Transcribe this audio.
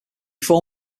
four